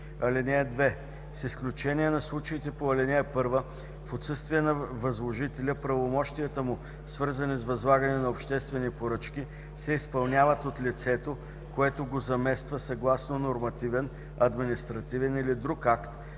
С изключение на случаите по ал. 1, в отсъствие на възложителя правомощията му, свързани с възлагане на обществени поръчки, се изпълняват от лицето, което го замества съгласно нормативен, административен или друг акт,